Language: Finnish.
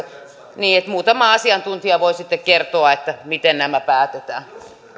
niin muutama asiantuntija voi sitten kertoa miten nämä päätetään